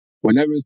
Whenever